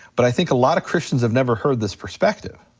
but i think a lot of christians have never heard this perspective.